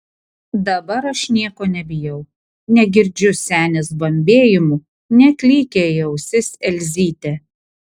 dabar aš nieko nebijau negirdžiu senės bambėjimų neklykia į ausis elzytė